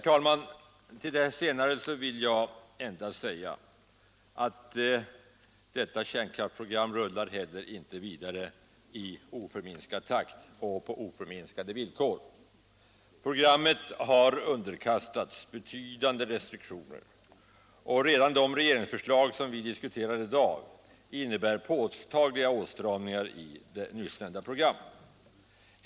Till det senare vill jag endast säga att detta kärnkraftsprogram heller icke rullar vidare i oförminskad takt och på oförändrade villkor. Programmet har underkastats betydande restriktioner. Redan de regeringsförslag som vi diskuterar i dag innebär påtagliga åtstramningar i nyssnämnda program.